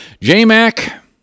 J-Mac